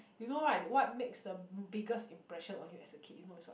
you know right what makes the biggest impression on you as a kid you know is what